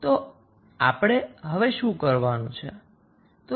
તો હવે આપણે શું કરવાનું છે